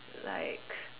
like